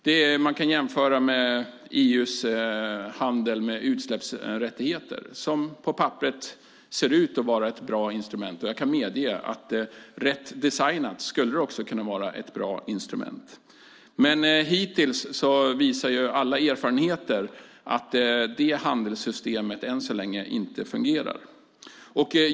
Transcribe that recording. Det kan jämföras med EU:s handel med utsläppsrättigheter, som på papperet ser ut att vara ett bra instrument. Och jag kan medge att det rätt designat också skulle kunna vara ett bra instrument. Men hittills visar alla erfarenheter att det handelssystemet än så länge inte fungerar.